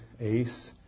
ace